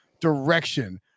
direction